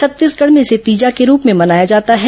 छत्तीसगढ़ में इसे तीजा के रूप में मनाया जाता है